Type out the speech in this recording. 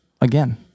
again